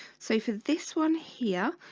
so for this one here.